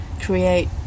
create